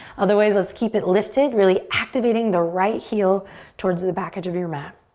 otherwise, let's keep it lifted. really activating the right heel towards the the back edge of your mat.